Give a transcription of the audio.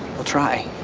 try.